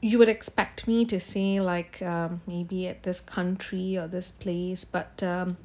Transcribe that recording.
you would expect me to say like um maybe at this country or this place but um